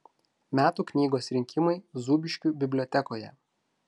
metų knygos rinkimai zūbiškių bibliotekoje